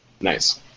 Nice